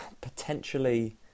potentially